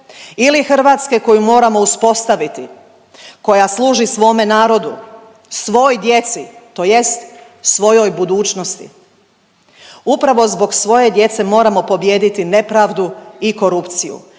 ili Hrvatske koju moramo uspostaviti koja služi svome narodu, svoj djeci, tj. svojoj budućnosti. Upravo zbog svoje djece moramo pobijediti nepravdu i korupciju,